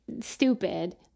stupid